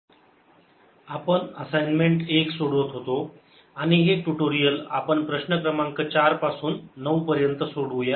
solution assignment 1 problems 4 9 आपण assignment एक सोडवत होतो आणि हे टुटोरिअल आपण प्रश्न क्रमांक चार पासून नऊ पर्यंत सोडवूया